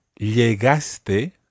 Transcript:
llegaste